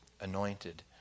anointed